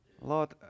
Lord